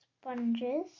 Sponges